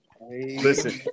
Listen